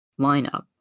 lineup